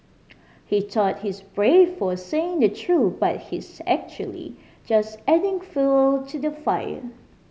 he thought he's brave for saying the truth but he's actually just adding fuel to the fire